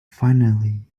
finally